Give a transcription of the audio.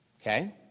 Okay